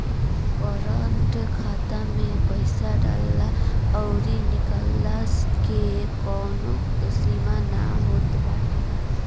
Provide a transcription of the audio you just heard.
current खाता में पईसा डालला अउरी निकलला के कवनो सीमा ना होत बाटे